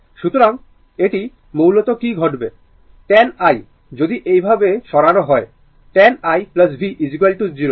সুতরাং এটি মূলত কি ঘটবে 10 i যদি এইভাবে সরানো হয় 10 i v 0